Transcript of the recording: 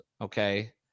okay